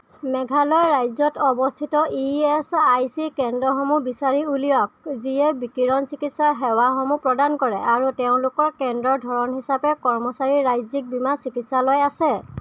মেঘালয় ৰাজ্যত অৱস্থিত E S I C কেন্দ্ৰসমূহ বিচাৰি উলিয়াওক যিয়ে বিকিৰণ চিকিৎসাৰ সেৱাসমূহ প্ৰদান কৰে আৰু তেওঁলোকৰ কেন্দ্ৰৰ ধৰণ হিচাপে কৰ্মচাৰীৰ ৰাজ্যিক বীমা চিকিৎসালয় আছে